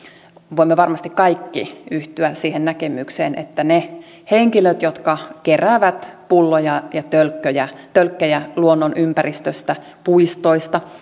voimme varmasti kaikki yhtyä siihen näkemykseen että ne henkilöt jotka keräävät pulloja ja tölkkejä tölkkejä luonnonympäristöstä puistoista